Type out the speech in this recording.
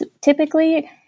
typically